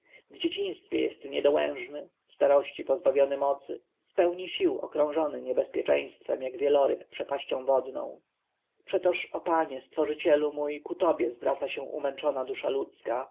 dzieciństwie jest niedołężny w starości pozbawiony mocy w pełni sił okrążony niebezpieczeństwem jak wieloryb przepaścią wodną przetoż o panie stworzycielu mój ku tobie zwraca się umęczona dusza ludzka